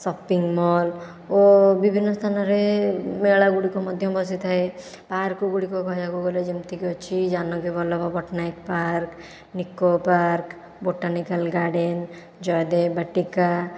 shopping mall ଓ ବିଭିନ୍ନ ସ୍ଥାନରେ ମେଳା ଗୁଡ଼ିକ ମଧ୍ୟ ବସିଥାଏ ପାର୍କ ଗୁଡ଼ିକ କହିବାକୁ ଗଲେ ଯେମତିକି ଅଛି Janaki Ballabh Patnaik park Nicco park botanical garden Jayadev ବାଟିକା